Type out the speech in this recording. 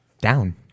Down